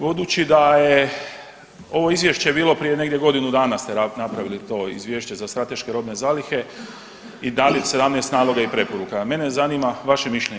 Budući da je ovo Izvješće bilo prije negdje godinu dana ste napravili to Izvješće za strateške robne zalihe i dali 17 naloga i preporuka, mene zanima vaše mišljenje.